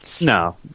no